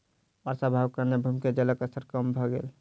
वर्षा अभावक कारणेँ भूमिगत जलक स्तर कम भ गेल